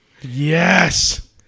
Yes